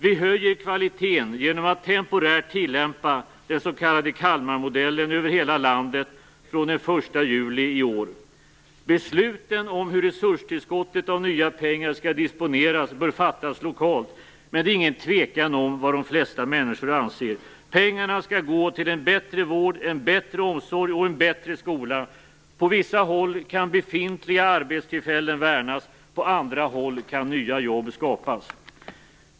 Vi höjer kvaliteten genom att temporärt tillämpa den s.k. Kalmarmodellen över hela landet från den 1 juli i år. Besluten om hur resurstillskottet av nya pengar skall disponeras bör fattas lokalt. Men det är ingen tvekan om vad de flesta människor anser: Pengarna skall gå till en bättre vård, en bättre omsorg och en bättre skola. På vissa håll kan befintliga arbetstillfällen värnas, på andra håll kan nya jobb skapas.